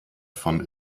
von